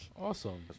Awesome